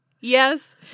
Yes